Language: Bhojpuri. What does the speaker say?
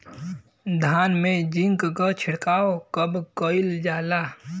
धान में जिंक क छिड़काव कब कइल जाला?